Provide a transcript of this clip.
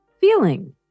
feeling